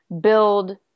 build